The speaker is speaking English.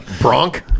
Bronk